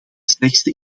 slechtste